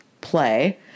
play